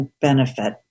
benefit